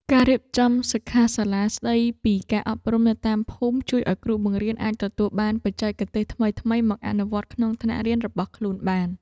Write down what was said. ការរៀបចំសិក្ខាសាលាស្តីពីការអប់រំនៅតាមភូមិ ជួយឱ្យគ្រូបង្រៀនអាចទទួលបានបច្ចេកទេសថ្មីៗមកអនុវត្តក្នុងថ្នាក់រៀនរបស់ខ្លួនបាន។